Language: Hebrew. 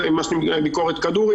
ביקורת כדורי,